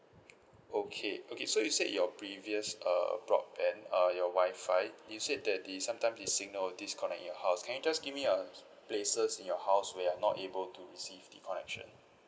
okay okay so you said your previous uh broadband uh your Wi-Fi you said that the sometime the signal disconnect in your house can you just give me uh places in your house where you are not able to receive the connection